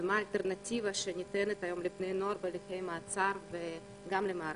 ומה האלטרנטיבה שניתנת היום לבני נוער בהליכי מעצר וגם למערכת.